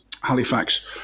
Halifax